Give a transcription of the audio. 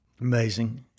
amazing